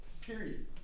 Period